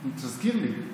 נו, תזכיר לי.